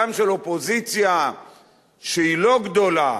גם של אופוזיציה שהיא לא גדולה,